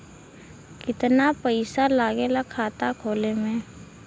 कितना पैसा लागेला खाता खोले में?